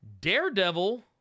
daredevil